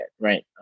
right